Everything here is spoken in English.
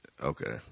Okay